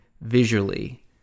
visually